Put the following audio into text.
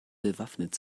bewaffnet